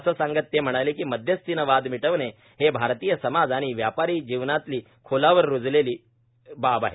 असं सांगत ते म्हणाले की मध्यस्थीने वाद मिटवणे हे भारतीय समाज आणि व्यापारी जीवनातली खोलावर रुजलेली बाब आहे